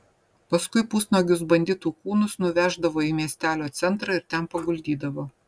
paskui pusnuogius banditų kūnus nuveždavo į miestelio centrą ir ten paguldydavo